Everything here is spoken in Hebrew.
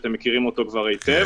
שאתם מכירים אותו כבר היטב,